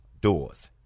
doors